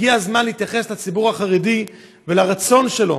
הגיע הזמן להתייחס לציבור החרדי ולרצון שלו,